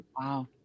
Wow